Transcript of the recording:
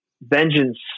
vengeance